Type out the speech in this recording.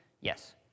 Yes